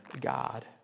God